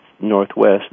Northwest